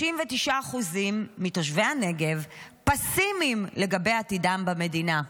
39% מתושבי הנגב פסימיים לגבי עתידם במדינה.